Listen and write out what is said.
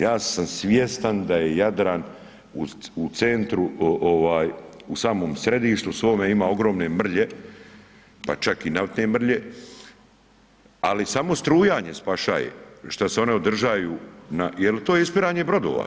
Ja sam svjestan da je Jadran u centru ovaj, u samom središtu svome ima ogromne mrlje, pa čak i naftne mrlje, ali samo strujanje spašaje šta se one održaju na, jel to je ispiranje brodova.